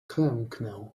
klęknę